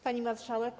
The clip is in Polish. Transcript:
Pani Marszałek!